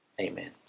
Amen